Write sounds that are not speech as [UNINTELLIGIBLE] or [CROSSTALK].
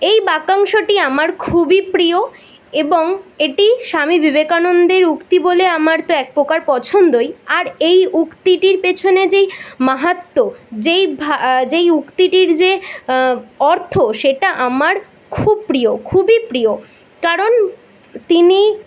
এই বাক্যাংশটি আমার খুবই প্রিয় এবং এটি স্বামী বিবেকানন্দের উক্তি বলে আমার তো একপ্রকার পছন্দই আর এই উক্তিটির পিছনে যেই মাহাত্ম্য যেই [UNINTELLIGIBLE] যেই উক্তিটির যে অর্থ সেটা আমার খুব প্রিয় খুবই প্রিয় কারণ তিনি